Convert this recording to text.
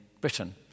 Britain